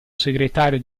segretario